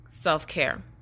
Self-care